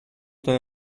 there